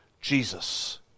Jesus